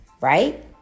right